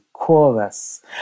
Chorus